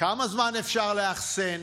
כמה זמן אפשר לאחסן,